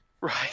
Right